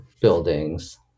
buildings